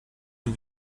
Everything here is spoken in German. dem